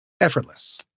effortless